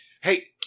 Hey